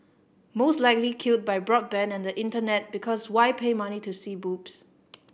most likely killed by broadband and the Internet because why pay money to see boobs